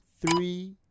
three